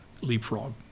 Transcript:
leapfrog